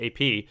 AP